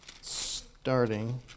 Starting